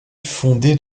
fondé